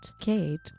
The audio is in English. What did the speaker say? Kate